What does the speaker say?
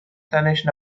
تنش